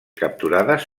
capturades